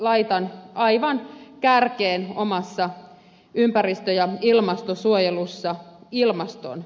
laitan aivan kärkeen omassa ympäristö ja ilmastonsuojelussa ilmaston